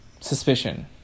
suspicion